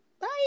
Bye